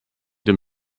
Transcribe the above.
dem